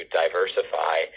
diversify